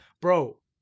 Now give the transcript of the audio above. bro